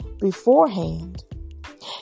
beforehand